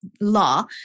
law